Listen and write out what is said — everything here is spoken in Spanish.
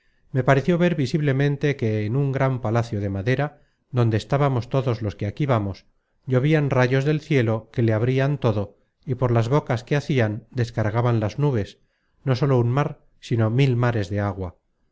me pareció ver visiblemente que en un gran palacio de madera donde estábamos todos los que content from google book search generated at dit ve aquí vamos llovian rayos del cielo que le abrian todo y por las bocas que hacian descargaban las nubes no sólo un mar sino mil mares de agua